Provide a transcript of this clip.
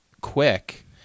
quick